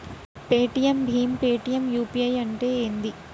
Paytm భీమ్ Paytm UPI అంటే ఏంది?